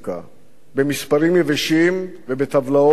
במספרים יבשים ובטבלאות "אקסל";